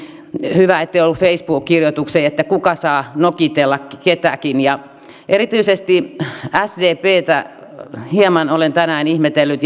hyvä ettei facebook kirjoitukseen että kuka saa nokitella ketäkin erityisesti sdptä hieman olen tänään ihmetellyt